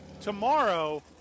tomorrow